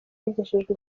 yagejejwe